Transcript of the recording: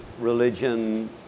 religion